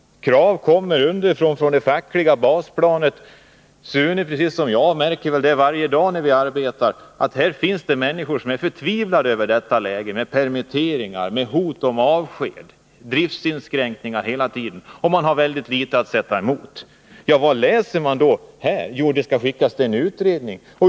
Krav kommer underifrån, från det fackliga basplanet. Sune Johansson märker väl precis som jag att det varje dag som vi arbetar finns människor som är förtvivlade över detta läge — med permitteringar, hot om avsked och inskränkningar hela tiden — som man har ytterst litet att sätta emot. Ja, men vad läser man då här i betänkandet? Jo, att frågorna skall skickas till en utredning.